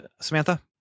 Samantha